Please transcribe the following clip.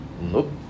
Nope